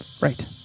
Right